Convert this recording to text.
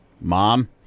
Mom